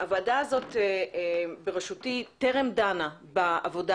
הוועדה הזאת בראשותי טרם דנה בעבודה